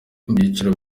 ibyiciro